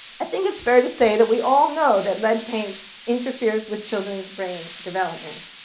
i think it's fair to say that we all know that lead paint interferes with children's brain development.